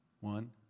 One